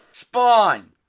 Spawn